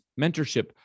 mentorship